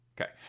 Okay